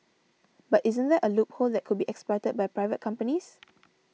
but isn't that a loophole that could be exploited by private companies